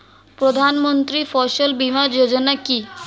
প্রধানমন্ত্রী ফসল বীমা যোজনা কি?